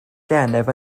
gennyf